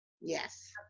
Yes